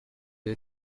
you